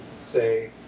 say